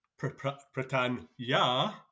Pratanya